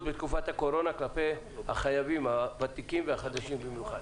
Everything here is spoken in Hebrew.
בתקופת הקורונה כלפי החייבים הוותיקים והחדשים (במיוחד).